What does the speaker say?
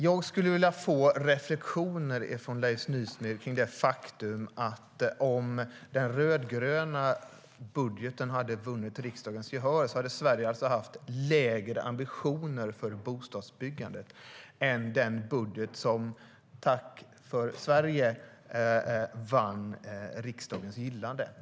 Jag skulle vilja få Leif Nysmeds reflexioner kring det faktum att Sverige alltså hade haft lägre ambitioner för bostadsbyggandet om den rödgröna budgeten hade vunnit riksdagens gehör snarare än den budget som - tack och lov för Sveriges del - vann riksdagens gillande.